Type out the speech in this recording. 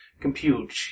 compute